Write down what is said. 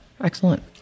Excellent